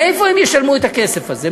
מאיפה הם ישלמו את הכסף הזה?